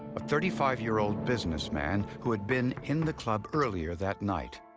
a thirty five year old businessman who had been in the club earlier that night.